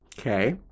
Okay